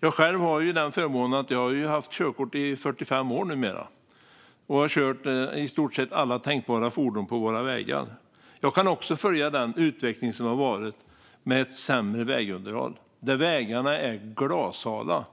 Jag själv har förmånen att nu ha haft körkort i 45 år, och jag har kört i stort sett alla tänkbara fordon på våra vägar. Jag kan också följa den utveckling som har skett mot ett sämre vägunderhåll. Vägarna är glashala;